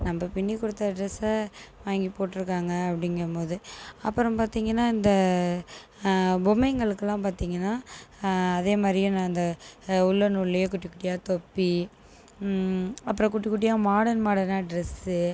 நம்ம பின்னி கொடுத்த ட்ரெஸ் வாங்கி போட்டு இருக்காங்கள் அப்படிங்க போது அப்புறம் பார்த்திங்கன்னா இந்த பொம்மைகளுக்குளான் பார்த்திங்கன்னா அதே மாதிரியே நான் இந்த உள்ளன் நூல்லையே குட்டி குட்டியா தொப்பி அப்புறம் குட்டி குட்டியா மாடன் மாடனா ட்ரெஸ்